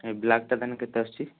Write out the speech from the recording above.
ଏଇ ବ୍ଲାକ୍ ଟା ତାହାଲେ କେତେ ଆସୁଛି